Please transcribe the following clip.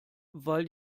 weil